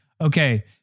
Okay